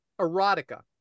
erotica